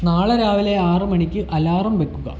നാളെ രാവിലെ ആറ് മണിക്ക് അലാറം വയ്ക്കുക